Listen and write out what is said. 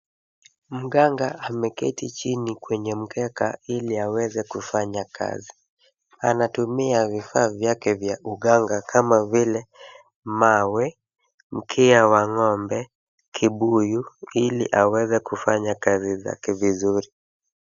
Mganga ameketi chini kwenye mkeka ili aweze kufanya kazi. Anatumia vifaa vyake vya kuganga kama vile mawe, mkia wa ng'ombe na kibuyu ili aweze kufanya kazi yake vizuri.